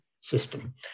system